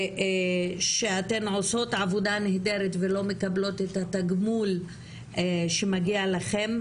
שאתן עושות עבודה נהדרת ולא מקבלות את התגמול שמגיע לכן.